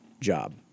job